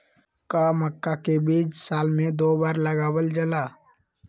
का मक्का के बीज साल में दो बार लगावल जला?